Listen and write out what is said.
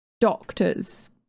doctors